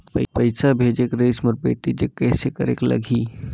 पइसा भेजेक रहिस मोर बेटी जग कइसे करेके लगही?